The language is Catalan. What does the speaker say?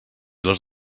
les